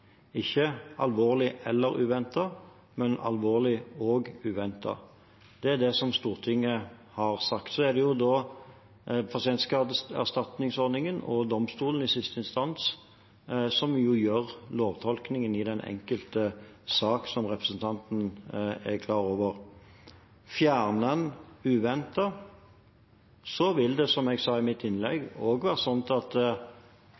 Det er det Stortinget har sagt. Så er det pasientskadeerstatningsordningen og domstolen som i siste instans gjør lovtolkningen i den enkelte sak, som representanten Bjørnebekk-Waagen er klar over. Fjerner en «uventet», vil det, som jeg sa i mitt